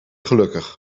gelukkig